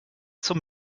zum